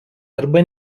arba